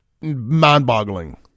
mind-boggling